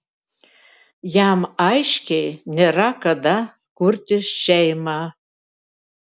jam aiškiai nėra kada kurti šeimą